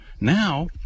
Now